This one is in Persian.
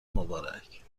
مبارک